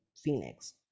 phoenix